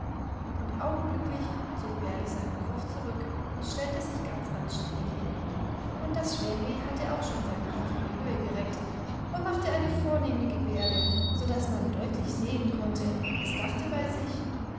und augenblicklich zog bärli seinen kopf zurück und stellte sich ganz anständig hin und das schwänli hatte auch schon seinen kopf in die höhe gereckt und machte eine vornehme gebärde so daß man deutlich sehen konnte es dachte bei sich